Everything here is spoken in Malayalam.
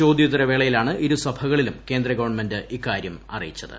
ചോദ്യോത്തര വേളയിലാണ് ഇരുസഭകളിലും കേന്ദ്ര ഗവൺമന്റ് ഇക്കാര്യം അറിയിച്ചത്